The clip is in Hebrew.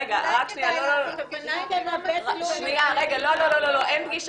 רגע, אין פגישה.